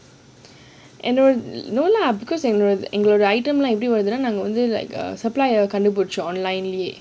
and no lah because நாங்க:naanga item லாம் எப்படி வருதுன்னா நாங்க:laam eppdi waruthuna naanga only like a supplier கண்டுபுடிச்சம்:kandupudicham online